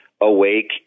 awake